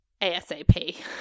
ASAP